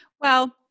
Well-